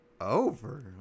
Over